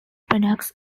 products